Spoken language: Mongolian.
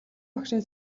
багшийн